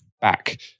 back